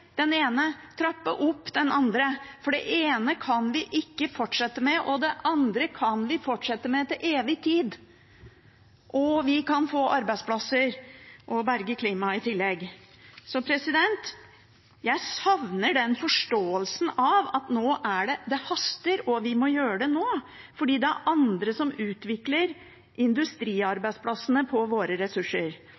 ene, trappe opp det andre, for det ene kan vi ikke fortsette med, og det andre kan vi fortsette med til evig tid, og vi kan få arbeidsplasser og berge klimaet i tillegg. Jeg savner forståelsen av at det haster, og at vi må gjøre det nå, fordi det er andre som utvikler